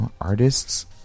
artists